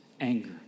anger